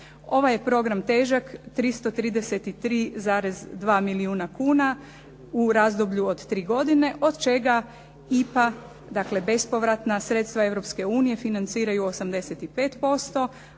Ovaj je program težak 333,2 milijuna kuna u razdoblju od tri godine od čega IPA dakle bespovratna sredstva Europske unije financiraju 85%